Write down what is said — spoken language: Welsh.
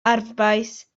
arfbais